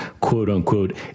quote-unquote